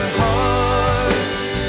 hearts